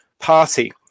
party